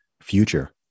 future